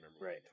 right